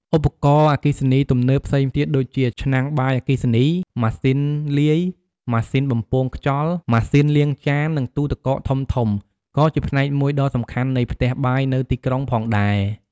ឧបករណ៍អគ្គិសនីទំនើបផ្សេងទៀតដូចជា ឆ្នាំងបាយអគ្គិសនី ម៉ាស៊ីនលាយ ម៉ាស៊ីនបំពងខ្យល់ ម៉ាស៊ីនលាងចាន និងទូទឹកកកធំៗ ក៏ជាផ្នែកមួយដ៏សំខាន់នៃផ្ទះបាយនៅទីក្រុងផងដែរ។